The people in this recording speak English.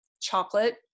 chocolate